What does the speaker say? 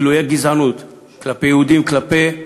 גילויי הגזענות כלפי יהודים, כלפי